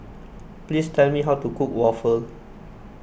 please tell me how to cook Waffle